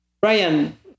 Brian